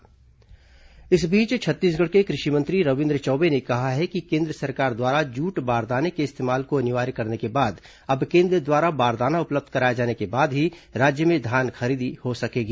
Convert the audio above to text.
कृषि मंत्री बयान इस बीच छत्तीसगढ़ के कृषि मंत्री रविन्द्र चौबे ने कहा है कि केन्द्र सरकार द्वारा जूट बारदाने के इस्तेमाल को अनिवार्य करने के बाद अब केन्द्र द्वारा बारदाना उपलब्ध कराए जाने के बाद ही राज्य में धान खरीदी हो सकेगी